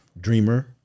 dreamer